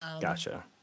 gotcha